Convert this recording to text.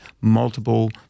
multiple